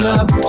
up